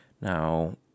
Now